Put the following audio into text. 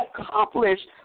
accomplished